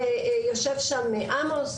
יושב שם עמוס,